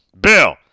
Bill